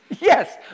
Yes